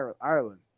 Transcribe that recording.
Ireland